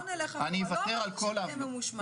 לא אמרתי שתהיה ממושמע.